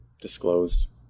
disclose